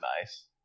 nice